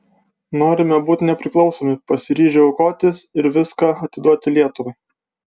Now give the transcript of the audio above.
norime būti nepriklausomi pasiryžę aukotis ir viską atiduoti lietuvai